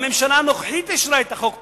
והממשלה הנוכחית אישרה את החוק פה-אחד,